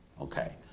Okay